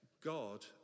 God